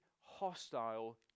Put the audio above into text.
hostile